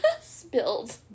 spilled